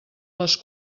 les